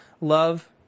love